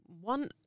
one